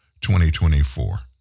2024